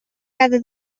cada